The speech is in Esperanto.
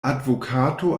advokato